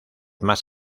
más